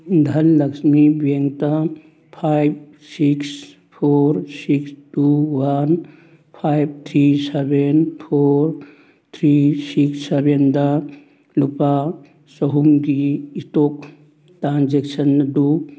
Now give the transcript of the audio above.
ꯅꯍꯥꯟ ꯂꯛꯁꯃꯤ ꯕꯦꯡꯇ five six four six two one five three seven four three six ꯁꯕꯦꯟꯗ ꯂꯨꯄꯥ ꯆꯍꯨꯝꯒꯤ ꯏꯁꯇꯣꯛ ꯇ꯭ꯔꯥꯟꯖꯦꯛꯁꯟ ꯑꯗꯨ